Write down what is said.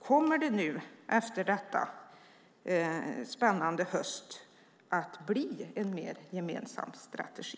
Kommer det efter denna spännande höst att bli en mer gemensam strategi?